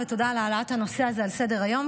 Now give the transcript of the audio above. ותודה על העלאת הנושא הזה לסדר-היום,